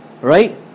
right